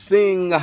Sing